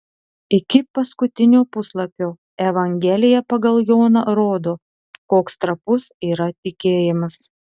iki paskutinio puslapio evangelija pagal joną rodo koks trapus yra tikėjimas